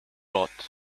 rot